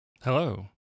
Hello